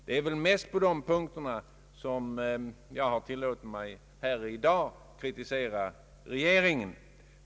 Det är mest på de här punkterna som jag har tillåtit mig att här i dag kritisera regeringen.